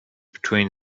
between